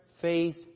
faith